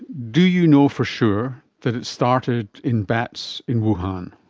do you know for sure that it started in bats in wuhan?